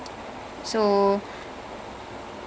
okay so it's a bit like narnia